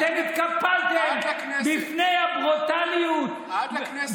אתם התקפלתם בפני הברוטליות, עד לכנסת.